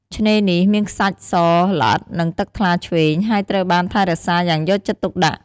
ឆ្នេនេះ មានខ្សាច់សល្អិត និងទឹកថ្លាឈ្វេង ហើយត្រូវបានថែរក្សាយ៉ាងយកចិត្តទុកដាក់។